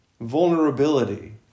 Vulnerability